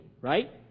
Right